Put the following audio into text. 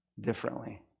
differently